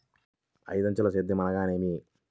ఐదంచెల సేద్యం అనగా నేమి?